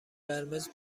قرمز